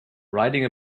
riding